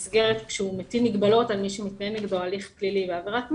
כשהוא מטיל מגבלות על מי שמתנהל נגדו הליך פלילי בעבירת מין,